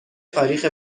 تاریخ